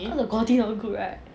他的 quality not good right